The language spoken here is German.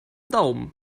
daumen